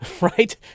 right